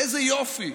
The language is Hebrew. איזה יופי,